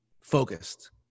focused